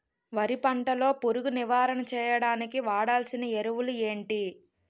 వరి పంట లో పురుగు నివారణ చేయడానికి వాడాల్సిన ఎరువులు ఏంటి?